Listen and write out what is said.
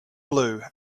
blue